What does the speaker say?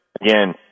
again